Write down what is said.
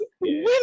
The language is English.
women